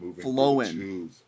flowing